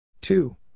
Two